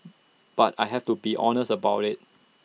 but I have to be honest about IT